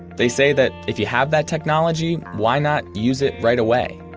they say that if you have that technology, why not use it right away?